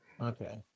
Okay